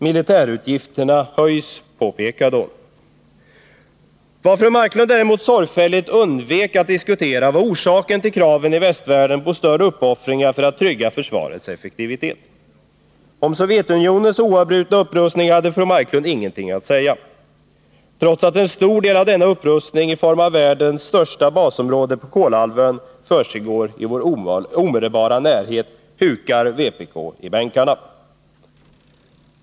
Militärutgifterna höjs, påpekade hon. Vad fru Marklund däremot sorgfälligt undvek att diskutera var orsakerna till kraven i västvärlden på större uppoffringar för att trygga försvarets effektivitet. Om Sovjetunionens oavbrutna upprustning hade fru Marklund ingenting att säga. Trots att en stor del av denna upprustning i form av världens största basområde på Kolahalvön försiggår i vår omedelbara närhet, hukar vpk i bänkarna.